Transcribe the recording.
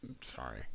Sorry